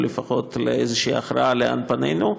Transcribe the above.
או לפחות לאיזושהי הכרעה לאן פנינו,